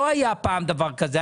לא היה פעם דבר כזה.